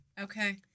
Okay